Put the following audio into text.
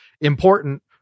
important